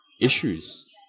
issues